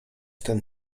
ten